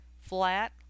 flat